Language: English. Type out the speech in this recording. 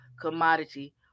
commodity